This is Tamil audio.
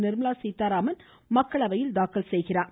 நிர்மலா சீதாராமன் மக்களவையில் தாக்கல் செய்கிநார்